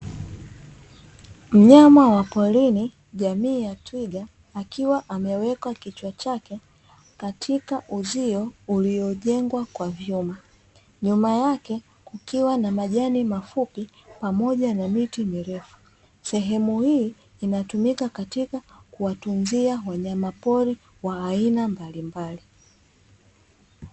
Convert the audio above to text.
Mnyama wa porini jamii ya twiga, akiwa ameweka kichwa chake, katika uzio uliojengwa kwa vyuma. Nyuma yake kukiwa na majani mafupi, pamoja na miti mirefu. Sehemu hii inatumika katika kuwatunzia wanyamapori, wa aina mbalimbali.